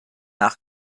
nach